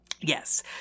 yes